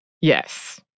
Yes